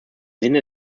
sinne